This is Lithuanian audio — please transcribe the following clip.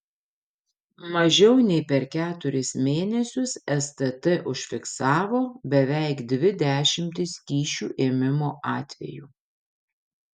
mažiau nei per keturis mėnesius stt užfiksavo beveik dvi dešimtis kyšių ėmimo atvejų